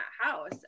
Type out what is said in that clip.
house